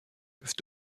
peuvent